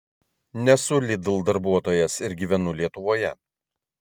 nesu lidl darbuotojas ir gyvenu lietuvoje